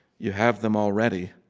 you have them already.